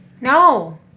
No